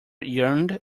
yawned